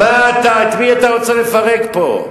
את מי אתה רוצה לפרק פה?